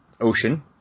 ocean